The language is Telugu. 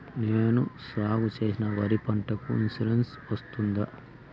నేను సాగు చేసిన వరి పంటకు ఇన్సూరెన్సు వస్తుందా?